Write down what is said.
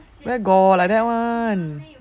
where got like that [one]